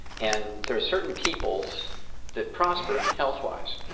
and there are certain peoples that prospered health-wise,